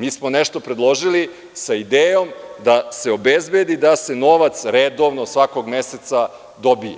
Mi smo nešto predložili, sa idejom da se obezbedi da se novac redovno svakog meseca dobije,